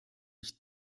ich